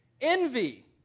envy